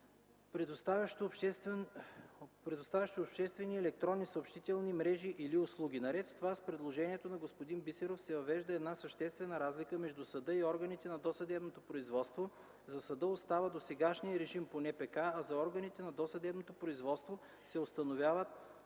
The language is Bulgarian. предоставящо обществени електронни съобщителни мрежи и/или услуги. Наред с това, с предложението на господин Бисеров се въвежда една съществена разлика между съда и органите на досъдебното производство – за съда остава досегашният режим по НПК, а за органите на досъдебното производство се установява